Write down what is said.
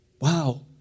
Wow